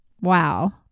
Wow